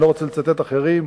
אני לא רוצה לצטט אחרים.